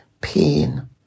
Pain